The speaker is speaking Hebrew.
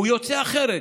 והוא יוצא אחרת,